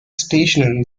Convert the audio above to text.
stationary